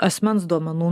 asmens duomenų